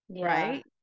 right